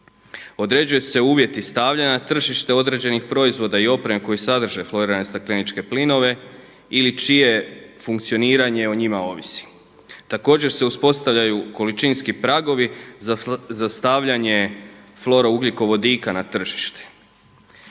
Određuju se uvjeti stavljanja na tržište određenih proizvoda i opreme koji sadrže florirane stakleničke plinove ili čije funkcioniranje o njima ovisi. Također se uspostavljaju količinski pragovi za stavljanje florougljikovodika na tržište.